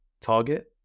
target